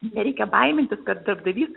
nereikia baimintis kad darbdavys